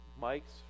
Mike's